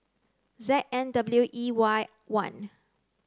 Z N W E Y one